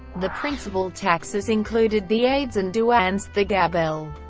the principal taxes included the aides and douanes, the gabelle,